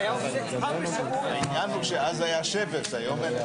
הישיבה ננעלה